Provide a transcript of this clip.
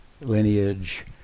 lineage